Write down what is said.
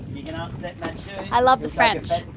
you gonna upset i love the french.